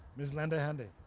ms. linda handy.